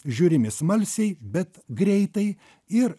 žiūrimi smalsiai bet greitai ir